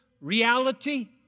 reality